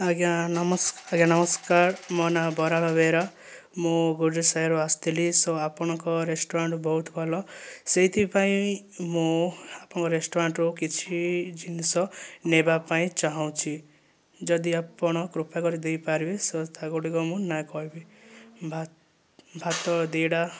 ଆଜ୍ଞା ଆଜ୍ଞା ନମସ୍କାର ମୋ ନାଁ ବରାଳ ବେହେରା ମୁଁ ଗୁଡ଼ିରି ସାହିରୁ ଆସିଥିଲି ସୋ ଆପଣଙ୍କ ରେଷ୍ଟୁରାଣ୍ଟ୍ ବହୁତ ଭଲ ସେଇଥିପାଇଁ ମୁଁ ଆପଣଙ୍କ ରେଷ୍ଟୁରାଣ୍ଟ୍ରୁ କିଛି ଜିନିଷ ନେବା ପାଇଁ ଚାହୁଁଅଛି ଯଦି ଆପଣ କୃପା କରି ଦେଇପାରିବେ ସୋ ତା' ଗୁଡ଼ିକ ମୁଁ ନାଁ କହିବି ଭାତ ଦି'ଟା